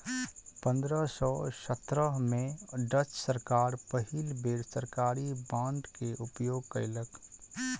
पंद्रह सौ सत्रह में डच सरकार पहिल बेर सरकारी बांड के उपयोग कयलक